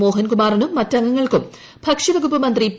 മോഹൻകുമാറിനും മറ്റ് അംഗങ്ങൾക്കും ഭക്ഷ്യവകുപ്പ് മന്ത്രി പി